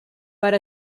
per